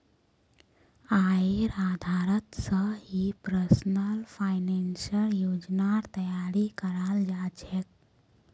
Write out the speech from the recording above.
आयेर आधारत स ही पर्सनल फाइनेंसेर योजनार तैयारी कराल जा छेक